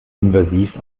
invasiv